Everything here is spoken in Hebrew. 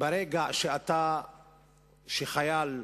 שברגע שחייל,